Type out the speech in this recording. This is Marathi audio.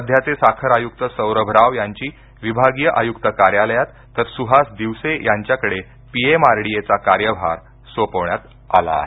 सध्याचे साखर आयुक्त सौरभ राव यांची विभागीय आयुक्त कार्यालयात तर सुहास दिवसे यांच्याकडे पीएमआरडीए चा कार्यभार सोपवण्यात आला आहे